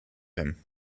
him